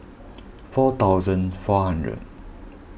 four thousand four hundred